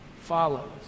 follows